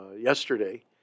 yesterday